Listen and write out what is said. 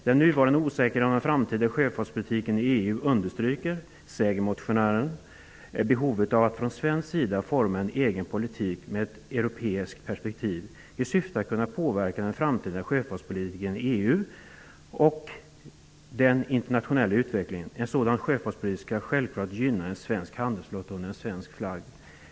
Den nuvarande osäkerheten om den framtida sjöfartspolitiken i EU understryker -- säger motionärerna -- behovet av att från svensk sida forma en egen politik, men med ett europeiskt perspektiv, i syfte att kunna påverka den framtida sjöfartspolitiken inom EU och den internationella utvecklingen. En sådan sjöfartspolitik skall självklart gynna en svensk handelsflotta under svensk flagg.''